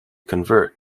convert